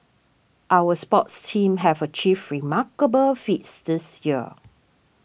our sports teams have achieved remarkable feats this year